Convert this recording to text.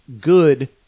good